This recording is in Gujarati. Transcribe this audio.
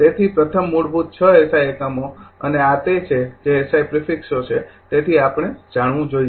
તેથી પ્રથમ મૂળભૂત ૬ એસઆઈ એકમો અને આ તે છે જે એસઆઈ પ્રિફિકસો છે તેથી આ આપણે જાણવું જોઈએ